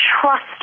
trust